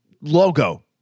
logo